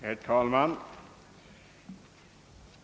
Herr talman!